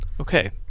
Okay